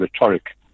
rhetoric